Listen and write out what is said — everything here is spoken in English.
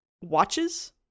watches